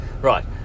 Right